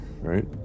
right